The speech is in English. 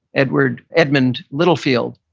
edward edmond littlefield.